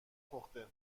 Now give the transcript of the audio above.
پخته